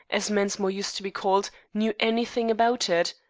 as mensmore used to be called, knew anything about it.